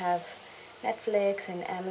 netflix and amazon